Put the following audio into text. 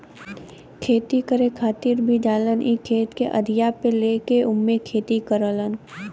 खेती करे खातिर भी जालन इ खेत के अधिया पे लेके ओमे खेती करलन